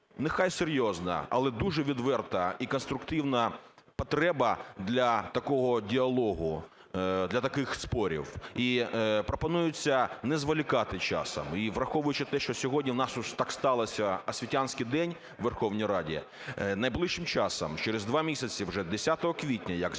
нехай серйозна, але дуже відверта і конструктивна потреба для такого діалогу, для таких спорів. І пропонується не зволікати з часом. І враховуючи те, що сьогодні у нас так сталося, освітянський день у Верховній Раді, найближчим часом, через два місяці, вже 10 квітня, як